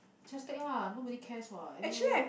just take lah nobody cares what anyway